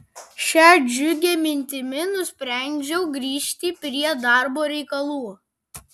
šia džiugia mintimi nusprendžiau grįžti prie darbo reikalų